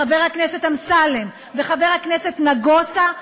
חבר הכנסת אמסלם וחבר הכנסת נגוסה,